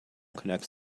connects